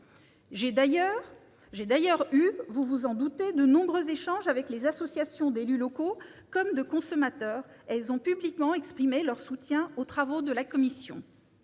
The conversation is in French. la secrétaire d'État, j'ai eu de nombreux échanges avec les associations d'élus locaux comme de consommateurs : elles ont publiquement exprimé leur soutien aux travaux de la commission